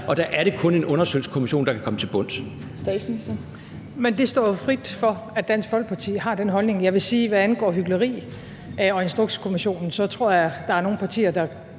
og der er det kun en undersøgelseskommission, der kan komme til bunds.